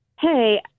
Hey